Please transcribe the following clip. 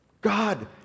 God